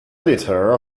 editor